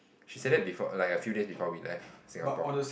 she said that before err like a few days before we left Singapore